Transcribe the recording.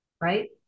Right